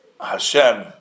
Hashem